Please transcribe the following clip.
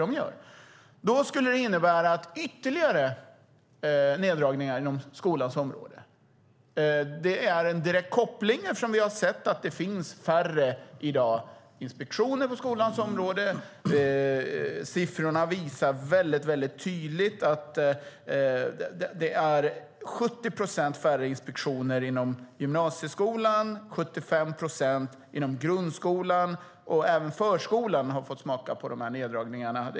Det här skulle innebära ytterligare neddragningar inom skolans område. Det finns en direkt koppling. Vi har sett att det sker färre inspektioner på skolans område. Siffrorna visar tydligt att det sker 70 procent färre inspektioner inom gymnasieskolan, 75 procent färre inom grundskolan. Även förskolan har fått smaka på neddragningarna.